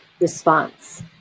response